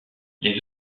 les